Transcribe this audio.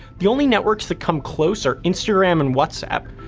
the only networks that come close are instagram and whatsapp,